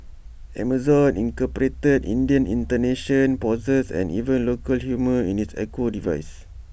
Amazon incorporated Indian intonations pauses and even local humour in its echo devices